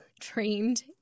trained